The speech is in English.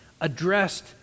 addressed